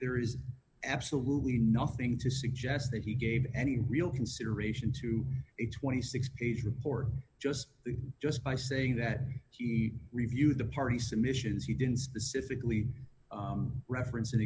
there is absolutely nothing to suggest that he gave any real consideration to a twenty six page report just just by saying that he reviewed the party submissions he didn't specifically reference an